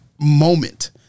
moment